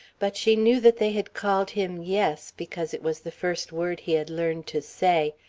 but she knew that they had called him yes because it was the first word he had learned to say,